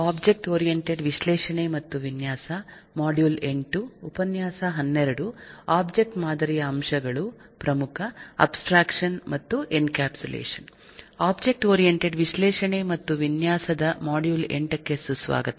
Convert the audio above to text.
object ಮಾದರಿಯ ಅಂಶಗಳು ಪ್ರಮುಖ ಅಬ್ಸ್ಟ್ರಾಕ್ಷನ್ ಮತ್ತು ಎನ್ಕ್ಯಾಪ್ಸುಲೇಷನ್ ಒಬ್ಜೆಕ್ಟ್ ಓರಿಯಂಟೆಡ್ ವಿಶ್ಲೇಷಣೆ ಮತ್ತು ವಿನ್ಯಾಸದ ಮಾಡ್ಯೂಲ್ 8 ಗೆ ಸುಸ್ವಾಗತ